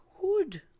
good